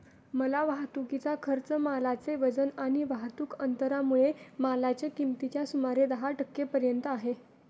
माल वाहतुकीचा खर्च मालाचे वजन आणि वाहतुक अंतरामुळे मालाच्या किमतीच्या सुमारे दहा टक्के पर्यंत आहे